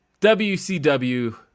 WCW